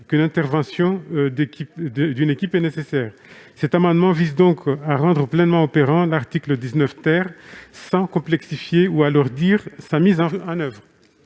que l'intervention d'une équipe est nécessaire. L'amendement vise donc à rendre pleinement opérant l'article 19, sans en complexifier ou en alourdir la mise en oeuvre.